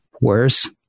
Worse